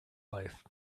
life